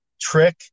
trick